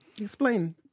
explain